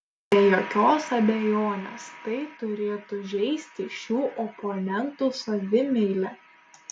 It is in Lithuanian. be jokios abejonės tai turėtų žeisti šių oponentų savimeilę